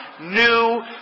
new